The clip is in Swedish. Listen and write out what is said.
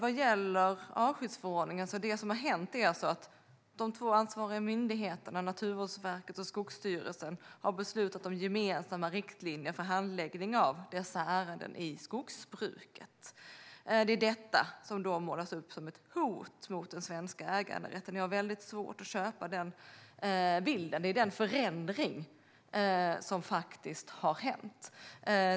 Vad gäller artskyddsförordningen är det som har hänt alltså att de två ansvariga myndigheterna, Naturvårdsverket och Skogsstyrelsen, har beslutat om gemensamma riktlinjer för handläggning av dessa ärenden i skogsbruket. Detta har målats upp som ett hot mot den svenska äganderätten, och jag har väldigt svårt att köpa den bilden. Detta är den förändring som faktiskt har skett.